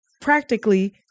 practically